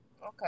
Okay